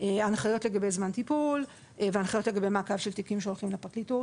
הנחיות לגבי זמן טיפול והנחיות לגבי מעקב של תיקים שהולכים לפרקליטות,